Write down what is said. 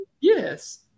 Yes